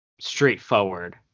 Straightforward